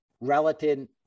relative